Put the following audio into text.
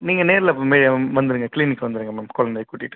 நீங்கள் நேரில் மே வந்துருங்க க்ளீனிக் வந்துருங்க மேம் குழந்தைய கூட்டிகிட்டு